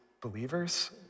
Believers